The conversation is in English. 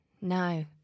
no